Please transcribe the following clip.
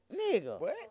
nigga